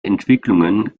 entwicklungen